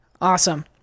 Awesome